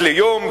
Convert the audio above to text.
אחת ליום,